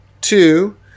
Two